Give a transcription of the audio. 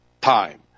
Time